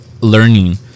learning